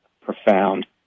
profound